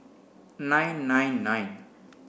nine nine nine